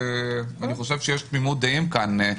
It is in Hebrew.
אני חושב שיש תמימות דעים כאן.